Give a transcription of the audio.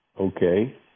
Okay